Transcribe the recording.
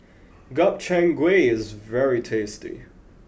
Gobchang Gui is very tasty